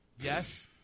Yes